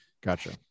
Gotcha